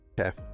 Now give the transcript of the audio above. okay